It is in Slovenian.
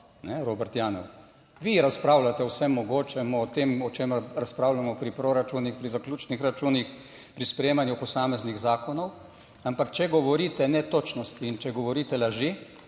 Robert Janev, vi razpravljate o vsem mogočem, o tem, o čemer razpravljamo pri proračunih, pri zaključnih računih, pri sprejemanju posameznih zakonov. Ampak če govorite netočnosti in če govorite laži